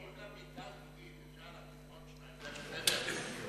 אם למיטה הזוגית אפשר להכניס עוד שניים, זה בסדר?